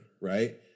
Right